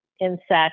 insect